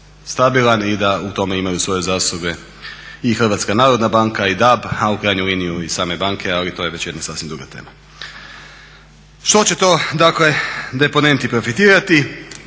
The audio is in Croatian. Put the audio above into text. i da u tome imaju svoje zasluge i Hrvatska narodna banka i DAB a u krajnjoj liniji i same banke, ali to je već jedna sasvim druga tema. Što će to dakle deponenti profitirati,